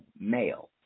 male